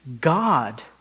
God